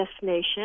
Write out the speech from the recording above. destination